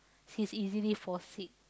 she's easily fall sick